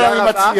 לכן אני מציע,